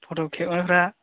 फट' खेबनायफ्रा